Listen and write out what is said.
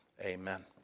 Amen